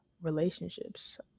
relationships